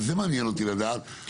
וזה מעניין אותי לדעת,